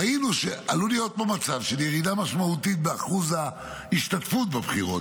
ראינו שעלול להיות פה מצב של ירידה משמעותית באחוז ההשתתפות בבחירות